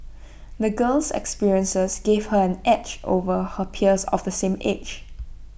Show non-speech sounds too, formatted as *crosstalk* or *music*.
*noise* the girl's experiences gave her an edge over her peers of the same age